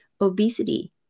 Obesity